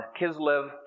Kislev